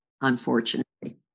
unfortunately